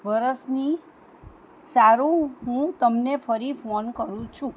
વરસની સારું હું તમને ફરી ફોન કરું છું